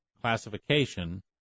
classification